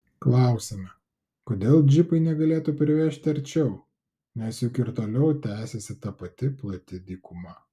klausiame kodėl džipai negalėtų privežti arčiau nes juk ir toliau tęsiasi ta pati plati dykuma